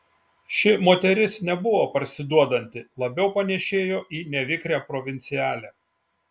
ši moteris nebuvo parsiduodanti labiau panėšėjo į nevikrią provincialę